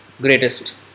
greatest